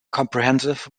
comprehensive